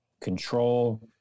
control